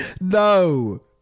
No